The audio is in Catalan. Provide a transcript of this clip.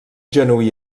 genuí